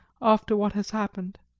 after what has happened?